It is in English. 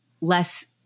less